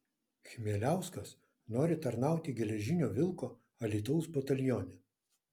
chmieliauskas nori tarnauti geležinio vilko alytaus batalione